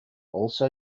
also